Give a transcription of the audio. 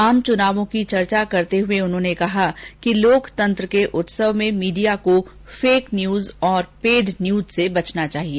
आम चुनावों की चर्चा करते हुए उन्होंने कहा कि लोकतंत्र के उत्सव में मीडिया को फेक न्यूज और पैड न्यूज से बचना चाहिए